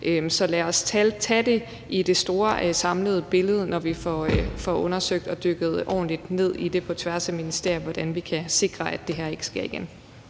Så lad os tage det i det store samlede billede, når vi får undersøgt det og dykket ordentligt ned i det på tværs af ministerierne, i forhold til hvordan vi kan sikre, at det her ikke sker igen.